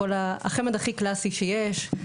החמ"ד הכי קלאסי שיש,